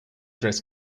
dress